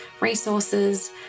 resources